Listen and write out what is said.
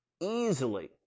easily